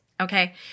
Okay